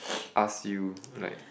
ask you like